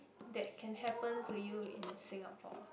that can happen to you in Singapore